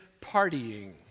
partying